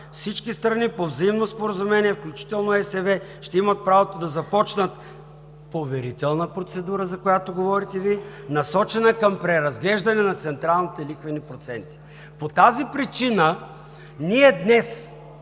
Всички страни по взаимно споразумение ще имат правото да започнат поверителна процедура – за която говорите Вие, насочена към преразглеждане на централните лихвени проценти. По тази причина ние днес